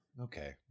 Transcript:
Okay